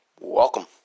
Welcome